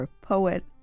poet